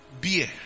beer